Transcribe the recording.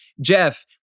Jeff